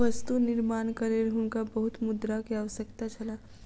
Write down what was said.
वस्तु निर्माणक लेल हुनका बहुत मुद्रा के आवश्यकता छल